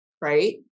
right